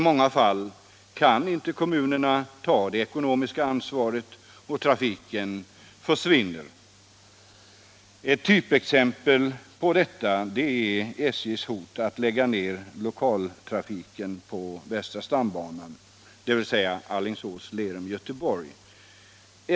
I många fall har kommunerna inte kunnat ta det ekonomiska ansvaret, och då har trafiken också försvunnit. Ett typexempel på det är SJ:s hot att lägga ned lokaltrafiken på västra stambanan, alltså linjen Alingsås-Lerum-Göteborg.